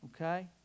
okay